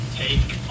take